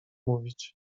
mówić